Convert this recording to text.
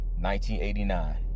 1989